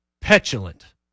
petulant